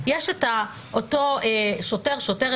יש את אותו שוטר/שוטרת,